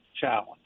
challenge